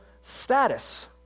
status